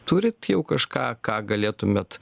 turit jau kažką ką galėtumėt